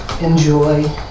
enjoy